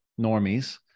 normies